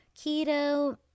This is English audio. Keto